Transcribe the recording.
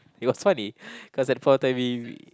he was sorry cause that point of time he